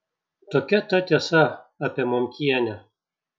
tokia ta tiesa apie momkienę